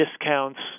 discounts